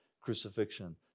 crucifixion